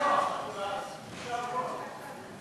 להעביר את הצעת חוק חוזה הביטוח (תיקון,